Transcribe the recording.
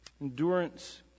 Endurance